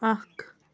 اَکھ